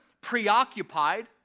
preoccupied